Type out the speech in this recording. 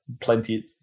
plenty